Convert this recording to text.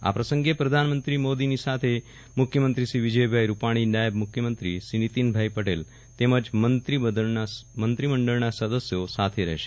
આ પ્રસંગે પ્રધાનમંત્રી નરેન્દ્ર મોદી સાથે મુખ્યમંત્રી શ્રી વિજયભાઈ રૂપાણી નાયબ મુખ્યમંત્રી શ્રી નીતિનભાઈ પટેલ તેમજ મંત્રીમંડળના સદસ્યો રહેશે